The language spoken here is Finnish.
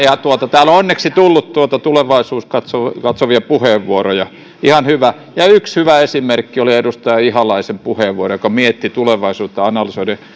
täällä on onneksi tullut tulevaisuuteen katsovia katsovia puheenvuoroja ihan hyvä ja yksi hyvä esimerkki oli edustaja ihalainen joka mietti tulevaisuutta analysoiden